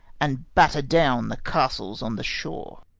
and batter down the castles on the shore.